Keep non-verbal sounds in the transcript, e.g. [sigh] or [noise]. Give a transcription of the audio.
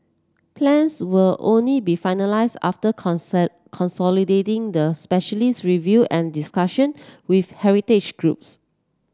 plans will only be finalised after [unintelligible] consolidating the specialist review and discussion with heritage groups